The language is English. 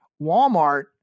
Walmart